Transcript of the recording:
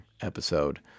episode